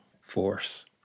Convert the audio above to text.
force